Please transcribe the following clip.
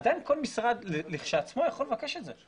עדיין כל משרד לכשעצמו יכול לבקש את זה.